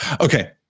Okay